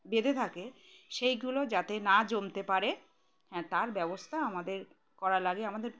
বেঁধে থাকে সেইগুলো যাতে না জমতে পারে হ্যাঁ তার ব্যবস্থা আমাদের করা লাগে আমাদের